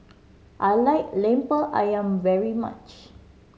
I like Lemper Ayam very much